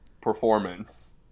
performance